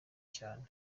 cyane